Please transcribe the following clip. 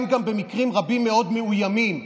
במקרים רבים גם הם מאוד מאוימים,